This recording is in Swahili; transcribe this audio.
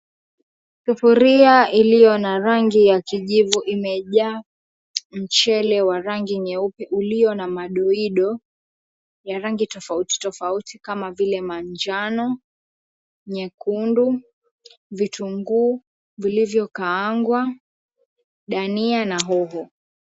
Sufuria iliyo na rangi ya kijivu imejaa mchele wa rangi nyeupe ulio na madoido ya rangi tofauti tofauti kama vile manjano, nyekundu, vitunguu vilivyokaangwa, dania na hoho.